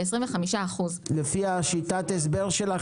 לפי מה שאמרת,